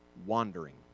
wandering